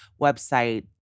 website